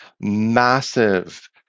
massive